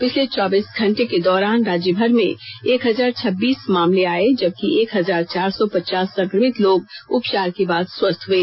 पिछले चौबीस घंटे के दौरान राज्यभर में एक हजार छब्बीस मामले आए जबकि एक हजार चार सौ पचास संक्रमित लोग उपचार के बाद स्वस्थ हए